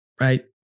Right